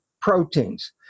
proteins